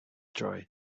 joy